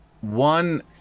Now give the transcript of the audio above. one